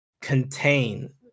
contain